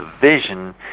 vision